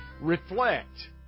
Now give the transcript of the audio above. reflect